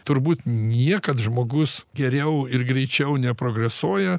turbūt niekad žmogus geriau ir greičiau neprogresuoja